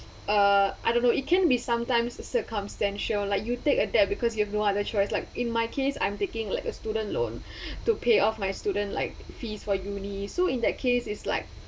uh I don't know it can be sometimes circumstantial like you take a debt because you have no other choice like in my case I'm taking like a student loan to pay off my student like fees for uni so in that case is like